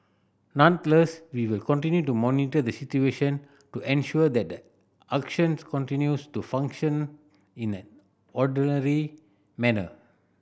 nonetheless we will continue to monitor the situation to ensure that the auctions continues to function in an manner